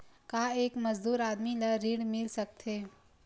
का एक मजदूर आदमी ल ऋण मिल सकथे?